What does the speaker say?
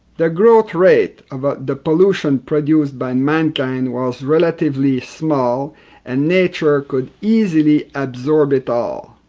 the growth rate of ah the pollution produced by mankind was relatively small and nature could easily absorb it all.